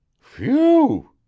Phew